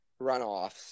runoffs